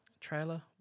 Trailer